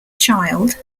child